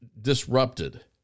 disrupted